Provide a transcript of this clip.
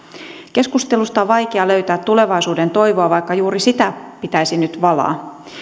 keskustelusta on vaikea löytää tulevaisuuden toivoa vaikka juuri sitä pitäisi nyt valaa